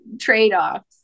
trade-offs